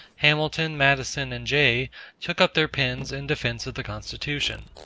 hamilton, madison, and jay took up their pens in defense of the constitution.